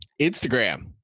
Instagram